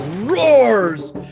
roars